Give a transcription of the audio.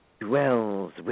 dwells